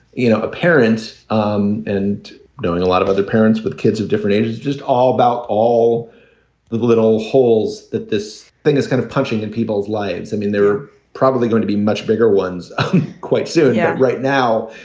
you know, parents um and doing a lot of other parents with kids of different ages it's just all about all the little holes that this thing is kind of punching in people's lives i mean, they're probably going to be much bigger ones quite soon. yeah. right now,